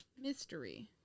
mystery